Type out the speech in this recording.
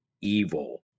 evil